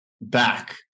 back